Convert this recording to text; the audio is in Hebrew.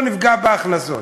לא נפגע בהכנסות.